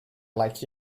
like